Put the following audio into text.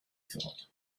thought